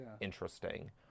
interesting